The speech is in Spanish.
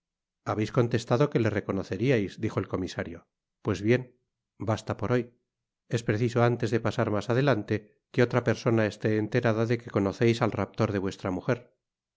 habeis contestado que le reconoceriais dijo ej comisario pues bien basta por hoy es preciso antes de pasar mas adelante que otra persona esté enterada de que conoceis al raptor de vuestra mujer